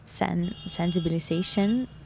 sensibilization